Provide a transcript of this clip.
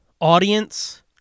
audience